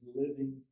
living